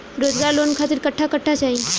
रोजगार लोन खातिर कट्ठा कट्ठा चाहीं?